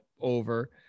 over